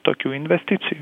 tokių investicijų